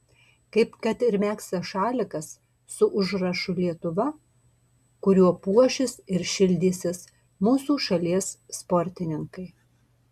kaip kad ir megztas šalikas su užrašu lietuva kuriuo puošis ir šildysis mūsų šalies sportininkai